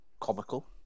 comical